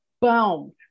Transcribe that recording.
boom